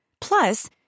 Plus